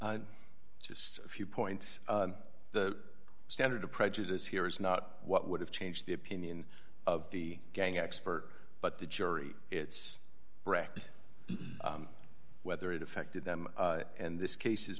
l just a few points the standard to prejudice here is not what would have changed the opinion of the gang expert but the jury it's brecht whether it affected them and this case